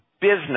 business